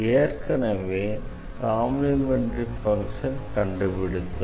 ஏற்கனவே காம்ப்ளிமெண்டரி ஃபங்ஷனை கண்டுபிடித்தோம்